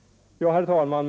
Herr talman!